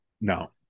No